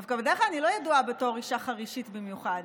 דווקא בדרך כלל אני לא ידועה בתור אישה חרישית במיוחד,